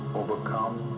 overcome